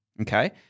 okay